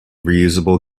reusable